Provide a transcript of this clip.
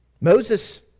Moses